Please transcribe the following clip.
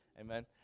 amen